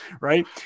right